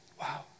Wow